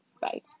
Bye